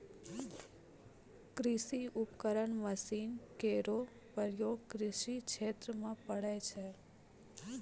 कृषि उपकरण मसीन केरो प्रयोग कृषि क्षेत्र म पड़ै छै